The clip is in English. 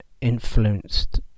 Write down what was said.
influenced